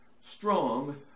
strong